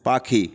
পাখি